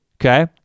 Okay